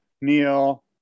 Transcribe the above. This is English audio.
Neil